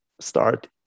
start